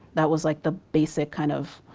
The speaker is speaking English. that was like the basic kind of